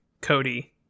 Cody